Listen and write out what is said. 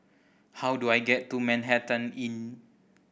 how do I get to Manhattan Inn